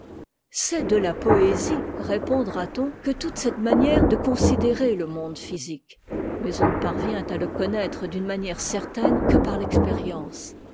c'est de la poésie répordra t on que toute cette manière de considérer le monde physique mais on ne parvient à le connaître d'une manière certaine que par l'expérience